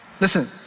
Listen